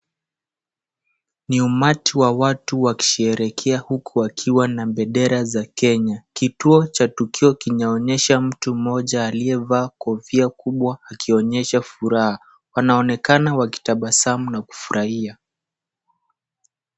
Ni umati wa watu walisherehekea, huku wakiwa na bendera za Kenya. Kituo cha tukio kinyaonyesha mtu mmoja aliyevaa kofia kubwa akionyesha furaha. Wanaonekana wakitabasamu na kufurahia.